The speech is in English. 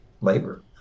labor